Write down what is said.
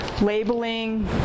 labeling